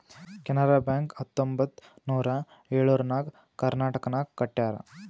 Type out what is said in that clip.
Canara bank ಹತ್ತೊಂಬತ್ತ್ ನೂರಾ ಎಳುರ್ನಾಗ್ ಕರ್ನಾಟಕನಾಗ್ ಕಟ್ಯಾರ್